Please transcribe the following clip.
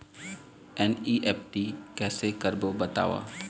NEFT कैसे करबो बताव?